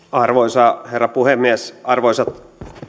arvoisa herra puhemies arvoisat